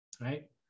right